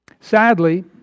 Sadly